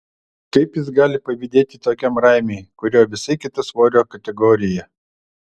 kaip jis gali pavydėti tokiam raimiui kurio visai kita svorio kategorija